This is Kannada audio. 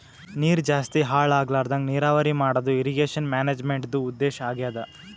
ನೀರ್ ಜಾಸ್ತಿ ಹಾಳ್ ಆಗ್ಲರದಂಗ್ ನೀರಾವರಿ ಮಾಡದು ಇರ್ರೀಗೇಷನ್ ಮ್ಯಾನೇಜ್ಮೆಂಟ್ದು ಉದ್ದೇಶ್ ಆಗ್ಯಾದ